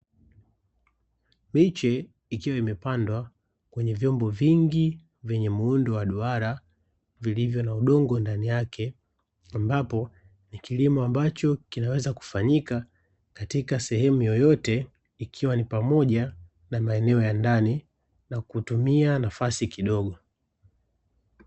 Miche ikiwa imepandwa kwenye vyombo vingi vyenye muundo wa duara vilivyo na udongo ndani yake, ambapo nikilimo ambacho kinaweza kufanyika katika sehemu yoyote ikiwa ni pamoja na maeneo ya ndani na kutumia nafasi kidogo.